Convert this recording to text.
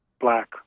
black